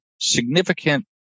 significant